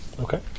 Okay